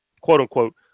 quote-unquote